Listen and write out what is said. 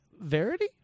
Verity